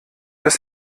das